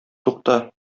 тукта